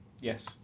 Yes